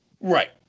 Right